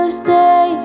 stay